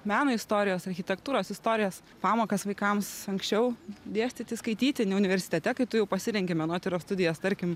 meno istorijos architektūros istorijos pamokas vaikams anksčiau dėstyti skaityti ne universitete kai tu jau pasirenki menotyros studijas tarkim